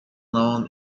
known